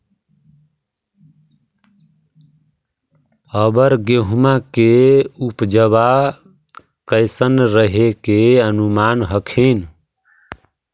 अबर गेहुमा के उपजबा कैसन रहे के अनुमान हखिन?